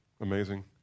amazing